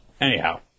Anyhow